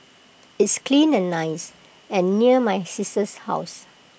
it's clean and nice and near my sister's house